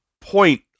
point